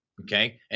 okay